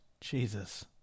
Jesus